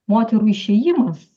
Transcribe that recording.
moterų išėjimas